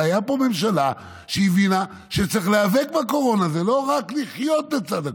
הייתה פה ממשלה שהבינה שצריך להיאבק בקורונה ולא רק לחיות לצד הקורונה.